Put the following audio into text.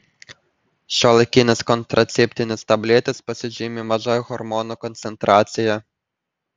šiuolaikinės kontraceptinės tabletės pasižymi maža hormonų koncentracija